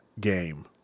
game